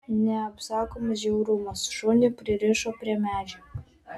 neapsakomas žiaurumas šunį pririšo prie medžio